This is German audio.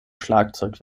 schlagzeug